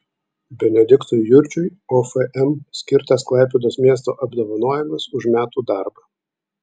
benediktui jurčiui ofm skirtas klaipėdos miesto apdovanojimas už metų darbą